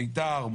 בביתר עילית,